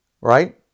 right